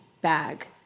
bag